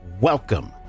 welcome